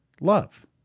love